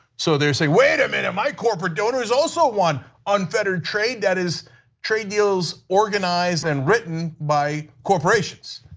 so they say wait a minute, my corporate donors also want unfettered trade, that is trade deals organized and written by corporations,